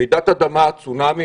לרעידת האדמה, לצונאמי.